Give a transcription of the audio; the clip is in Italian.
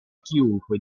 chiunque